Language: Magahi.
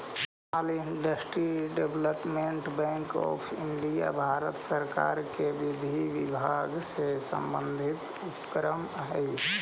small industries development bank of India Bharat सरकार के विधि विभाग से संबंधित उपक्रम हइ